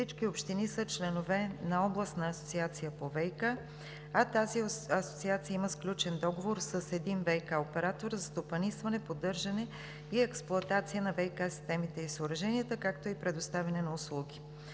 всички общини са членове на областна асоциация по ВиК, а тази асоциация има сключен договор с един ВиК оператор за стопанисване, поддържане и експлоатация на ВиК системите и съоръженията, както и предоставяне на услуги.